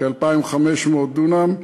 כ-2,500 דונם,